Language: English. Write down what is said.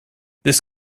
this